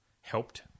helped